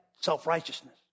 self-righteousness